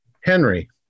Henry